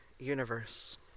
universe